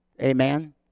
Amen